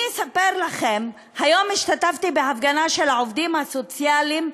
אני אספר לכם: היום השתתפתי בהפגנה של העובדים הסוציאליים,